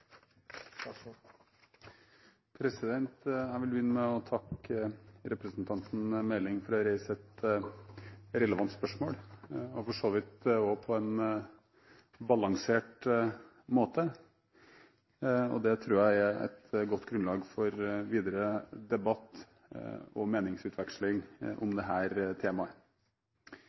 Jeg vil begynne med å takke representanten Meling for å ha reist et relevant spørsmål – for så vidt også på en balansert måte. Det tror jeg er et godt grunnlag for videre debatt og meningsutveksling om dette temaet. Norge er en del av det